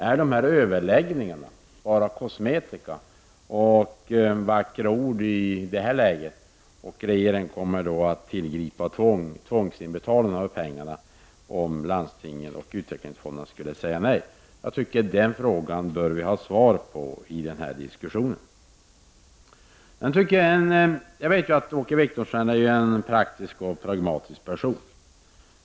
Är dessa överläggningar bara kosmetika och vackra ord i det här läget, och kommer regeringen att tillgripa tvångsinbetalningar av pengarna om landstingen och utvecklingsfonderna skulle säga nej? Jag tycker att vi bör få svar på den frågan i denna diskussion. Jag vet att Åke Wictorsson är en praktisk och pragmatisk person.